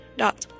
dot